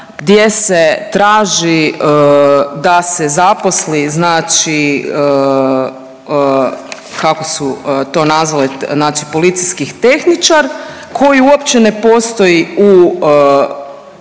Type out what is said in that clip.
gdje se traži da se zaposli znači kako su to nazvale znači policijski tehničar koji uopće ne postoji u